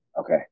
Okay